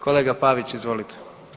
Kolega Pavić, izvolite.